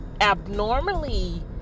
abnormally